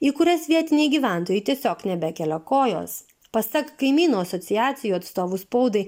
į kurias vietiniai gyventojai tiesiog nebekelia kojos pasak kaimynų asociacijų atstovų spaudai